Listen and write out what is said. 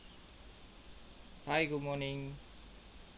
hi good morning